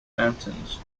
mountains